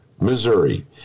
missouri